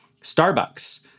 Starbucks